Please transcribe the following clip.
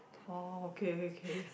oh okay okay